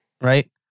right